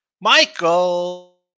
Michael